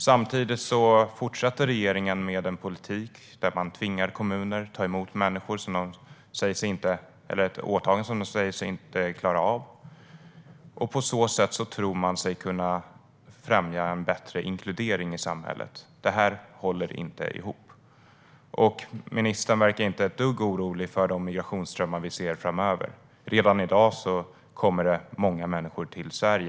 Samtidigt fortsätter regeringen med en politik där kommuner tvingas ta emot människor - ett åtagande de säger sig inte klara av. På så sätt tror man sig kunna främja en bättre inkludering i samhället. Det håller inte ihop. Ministern verkar inte ett dugg orolig för de migrationsströmmar vi ser framöver. Redan i dag kommer det många människor till Sverige.